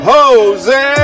Jose